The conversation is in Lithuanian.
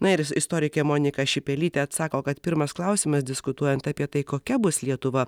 na ir istorikė monika šipelytė atsako kad pirmas klausimas diskutuojant apie tai kokia bus lietuva